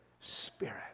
Spirit